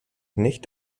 nicht